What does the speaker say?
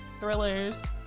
thrillers